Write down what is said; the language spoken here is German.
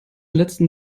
letzten